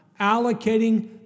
allocating